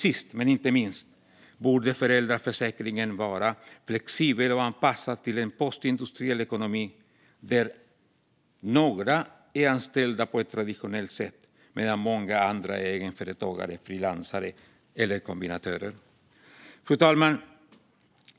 Sist men inte minst borde föräldraförsäkringen vara flexibel och anpassad till en postindustriell ekonomi där några är anställda på ett traditionellt sätt medan många andra är egenföretagare, frilansare eller kombinatörer. Fru talman!